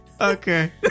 okay